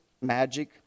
magic